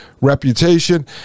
reputation